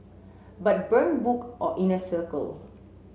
but burn book or inner circle